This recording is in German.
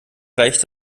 reicht